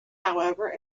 however